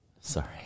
Sorry